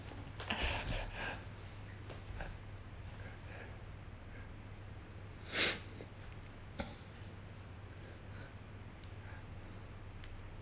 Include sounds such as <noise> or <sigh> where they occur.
<laughs>